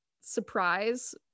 surprise